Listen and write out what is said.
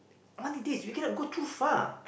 only this we cannot go too far